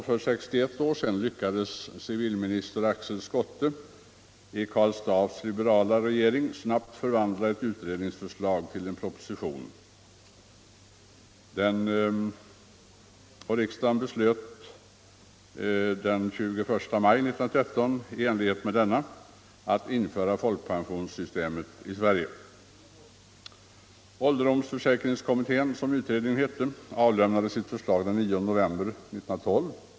För 61 1/2 år sedan lyckades civilminister Axel Schotte i Karl Staaffs liberala regering snabbt förvandla ett utredningsförslag till en proposition, och riksdagen beslöt sedan den 21 maj 1913 i enlighet med denna att införa folkpensioneringssystemet i Sverige omfattande alla medborgare över 67 års ålder. Ålderdomsförsäkringskommittén, som utredningen hette, avlämnade sitt förslag den 9 november 1912.